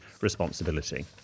responsibility